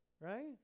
right